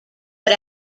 but